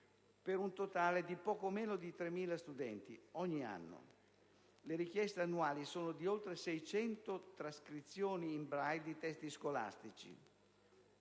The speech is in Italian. numero totale di poco meno di 3.000 studenti ogni anno. Le richieste annuali sono di oltre 600 trascrizioni in Braille di testi scolastici,